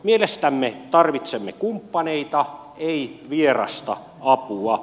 mielestämme tarvitsemme kumppaneita ei vierasta apua